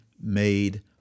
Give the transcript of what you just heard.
made